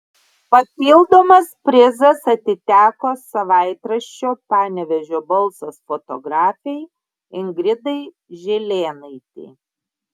papildomas prizas atiteko savaitraščio panevėžio balsas fotografei ingridai žilėnaitei